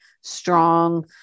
strong